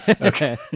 Okay